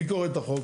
מי קורא את החוק?